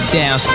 down